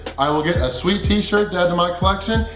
i will get a sweet t-shirt to add to my collection,